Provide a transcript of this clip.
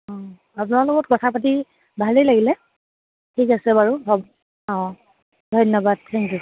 আপোনাৰ লগত কথা পাতি ভালেই লাগিলে ঠিক আছে বাৰু হ'ব অঁ ধন্যবাদ থেংক ইউ